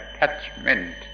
attachment